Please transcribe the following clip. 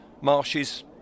marshes